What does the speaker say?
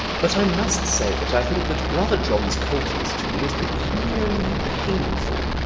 but i must say that i think that brother john's coldness to me is peculiarly painful.